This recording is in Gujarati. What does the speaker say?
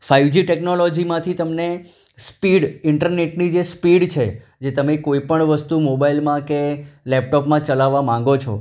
ફાઇવજી ટેકનોલોજીમાંથી તમને સ્પીડ ઈન્ટરનેટની જે સ્પીડ છે જે તમે કોઈપણ વસ્તુ મોબાઈલમાં કે લેપટોપમાં ચલાવવા માંગો છો